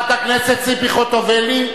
חברת הכנסת ציפי חוטובלי.